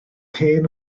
hen